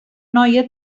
noia